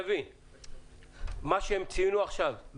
מה שהם ציינו עכשיו,